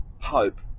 hope